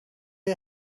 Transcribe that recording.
you